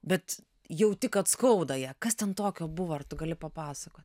bet jauti kad skauda ją kas ten tokio buvo ar tu gali papasakot